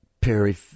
Perry